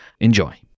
Enjoy